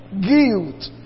guilt